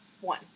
One